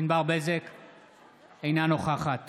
אינה נוכחת